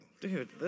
Dude